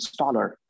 installer